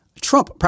Trump